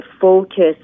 focus